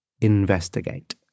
Investigate